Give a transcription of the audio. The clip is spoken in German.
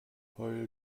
heul